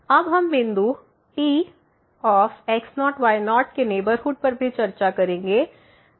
अब हम बिंदु Px0 y0 के नेबरहुड पर भी चर्चा करेंगे